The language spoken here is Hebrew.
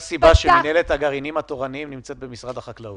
סיבה שמינהלת הגרעינים התורניים נמצאת במשרד החקלאות.